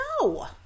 no